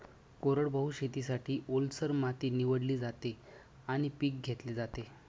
कोरडवाहू शेतीसाठी, ओलसर माती निवडली जाते आणि पीक घेतले जाते